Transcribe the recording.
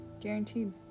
Guaranteed